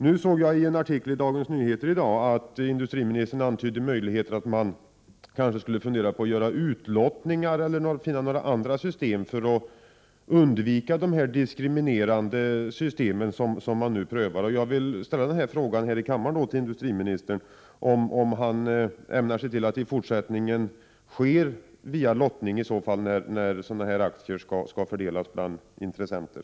Jag såg i en artikel i Dagens Nyheter i dag att industriministern antydde möjligheten att göra utlottningar eller finna andra system för att undvika det diskriminerande system som nu prövas. Jag vill då ställa frågan här i kammaren till industriministern, om han ämnar se till att det i fortsättningen sker via lottning när sådana här aktier skall fördelas bland intressenter.